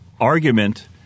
argument